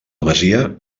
masia